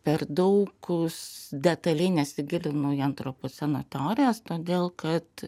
per daug detaliai nesigilinu į antropoceno teorijas todėl kad